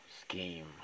scheme